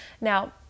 Now